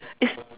is